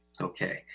Okay